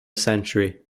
century